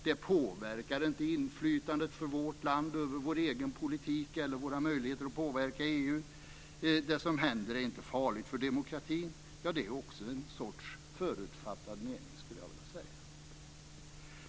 Det påverkar inte vårt lands inflytande över vår egen politik eller våra möjligheter att påverka EU. Det som händer är inte farligt för demokratin. Ja, detta är ju också någon sorts förutfattad mening, skulle jag vilja säga.